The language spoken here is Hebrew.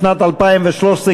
לשנת הכספים 2013,